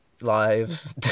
lives